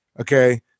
okay